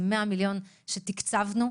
זה 100 מיליון שקל שתקצבנו.